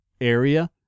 area